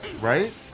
Right